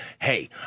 Hey